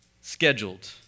scheduled